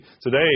Today